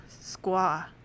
squaw